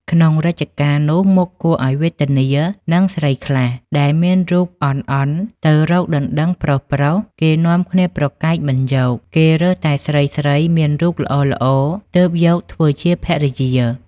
ក្នុងរជ្ជកាលនោះមុខគួរឲ្យវេទនានឹងស្រីខ្លះ ដែលមានរូបអន់ៗទៅរកដណ្តឹងប្រុសៗ គេនាំគ្នាប្រកែកមិនយក គេរើសតែស្រីៗមានរូបល្អៗ ទើបយកធ្វើជាភរិយា។